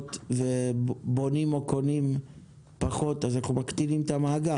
דירות ובונים או קונים פחות אז אנחנו מקטינים את המאגר.